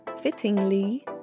fittingly